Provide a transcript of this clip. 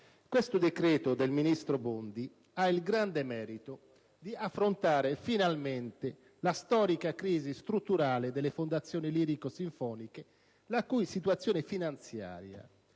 questo decreto del ministro Bondi ha il grande merito di affrontare finalmente la storica crisi strutturale delle fondazioni lirico-sinfoniche la cui situazione finanziaria,